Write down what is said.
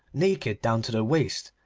naked down to the waist,